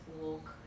walk